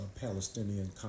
Palestinian